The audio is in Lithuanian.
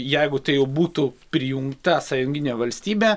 jeigu tai jau būtų prijungta sąjunginė valstybė